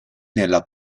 nella